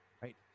right